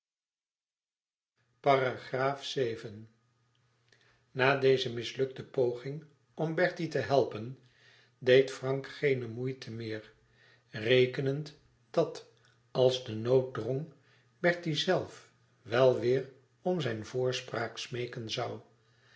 vii na deze mislukte poging om bertie te helpen deed frank geene moeite meer rekenend dat als de nood drong bertie zelf wel weêr om zijn voorspraak smeeken zou